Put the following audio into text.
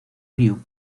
ryu